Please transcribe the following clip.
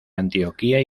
antioquia